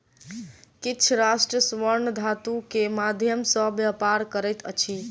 किछ राष्ट्र स्वर्ण धातु के माध्यम सॅ व्यापार करैत अछि